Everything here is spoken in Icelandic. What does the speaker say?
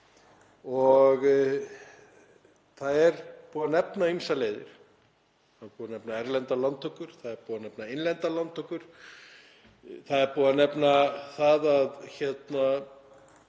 Það er búið að nefna ýmsar leiðir. Það er búið að nefna erlendar lántökur, það er búið að nefna innlendar lántökur, það er búið að nefna það að hækka